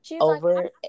over